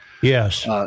Yes